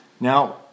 Now